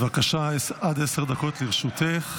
בבקשה, עד עשר דקות לרשותך.